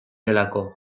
delako